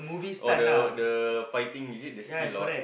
oh the the fighting is it the skill or what